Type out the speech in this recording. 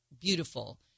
beautiful